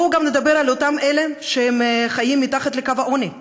בואו נדבר גם על אותם אלה שחיים מתחת לקו העוני,